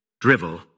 drivel